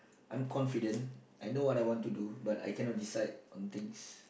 I'm confident I know what I want to do but I cannot decide on things